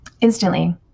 Instantly